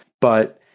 but-